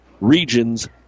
region's